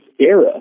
era